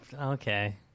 Okay